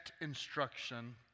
instruction